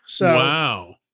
Wow